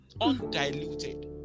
undiluted